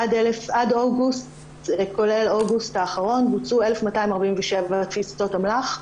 עד אוגוסט האחרון בוצעו 1,247 תפיסות אמל"ח,